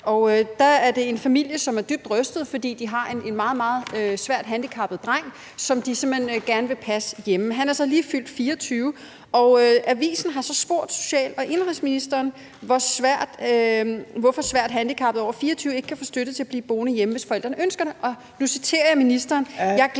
Og det er om en familie, som er dybt rystet, fordi de har en meget, meget svært handicappet dreng, som de simpelt hen gerne vil passe hjemme. Han er så lige fyldt 24, og avisen har så spurgt social- og indenrigsministeren, hvorfor svært handicappede over 24 ikke kan få støtte til at blive boende hjemme, hvis forældrene ønsker det. Og nu citerer jeg ministeren: